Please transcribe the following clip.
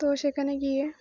তো সেখানে গিয়ে